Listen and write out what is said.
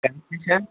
concession